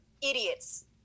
idiots